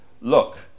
look